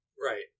Right